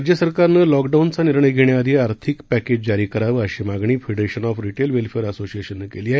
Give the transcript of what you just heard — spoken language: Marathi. राज्य सरकारनं लॉकडाऊनचा निर्णय घेण्याआधी आर्थिक पक्क्रिज जारी करावं अशी मागणी फेडरेशन ऑफ रिटेल वेल्फेअर असोसिएशननं केली आहे